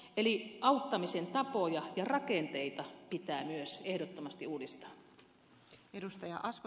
eli auttamisen tapoja ja rakenteita pitää myös ehdottomasti uudistaa